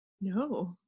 No